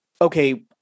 okay